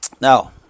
Now